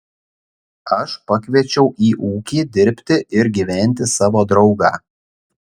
aš pakviečiau į ūkį dirbti ir gyventi savo draugą